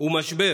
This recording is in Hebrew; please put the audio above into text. ומשבר